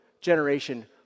generation